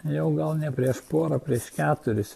jau gal ne prieš porą prieš keturis